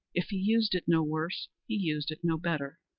if he used it no worse, he used it no better.